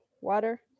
water